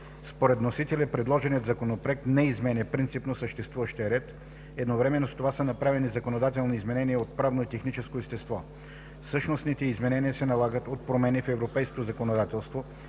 Според вносителя предложеният Законопроект не изменя принципно съществуващия ред. Едновременно с това са направени законодателни изменения от правно и техническо естество. Същностните изменения се налагат от промени в европейското законодателство,